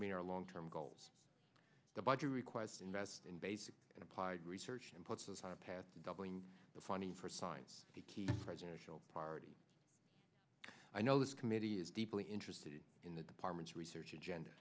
our long term goals the budget requests invest in basic and applied research and puts us on a path doubling the funding for science the key presidential party i know this committee is deeply interested in the department's research agenda